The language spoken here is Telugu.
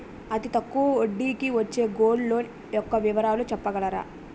అతి తక్కువ వడ్డీ కి వచ్చే గోల్డ్ లోన్ యెక్క వివరాలు చెప్పగలరా?